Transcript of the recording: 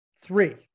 Three